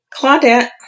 Claudette